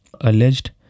alleged